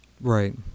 right